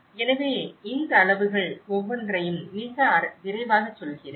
எனவே இந்த அளவுகள் ஒவ்வொன்றையும் மிக விரைவாகச் சொல்கிறேன்